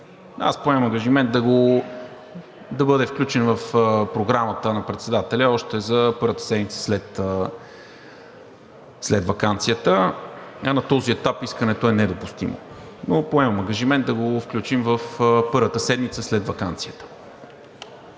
Аз поемам ангажимент да бъде включен в програмата на председателя още за първата седмица след ваканцията. На този етап искането е недопустимо, но поемам ангажимент да го включим в първата седмица след ваканцията.